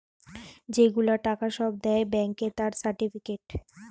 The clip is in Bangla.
যে গুলা টাকা সব দেয় ব্যাংকে তার সার্টিফিকেট